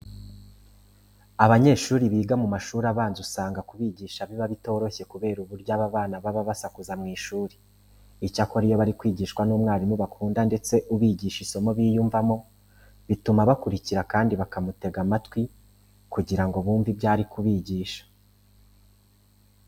Abanyeshuri biga mu mashuri abanza usanga kubigisha biba bitoroshye kubera uburyo aba bana baba basakuza mu ishuri. Icyakora iyo bari kwigishwa n'umwarimu bakunda ndetse ubigisha isomo biyumvamo, bituma bakurikira kandi bakamutega amatwi kugira ngo bumve ibyo ari kubigisha.